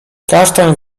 kasztan